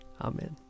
Amen